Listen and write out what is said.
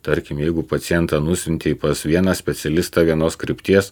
tarkim jeigu pacientą nusiuntei pas vieną specialistą vienos krypties